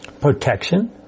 Protection